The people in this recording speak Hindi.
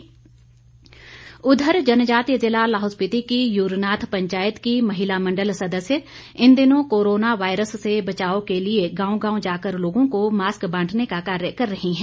मास्क जनजातीय जिला लाहौल स्पीति की यूरनाथ पंचायत की महिला मंडल सदस्य इन दिनों कोरोना वायरस से बचाव के लिए गांव गांव जाकर लोगों को मास्क बाटने का कार्य कर रही हैं